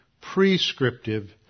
prescriptive